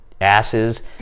asses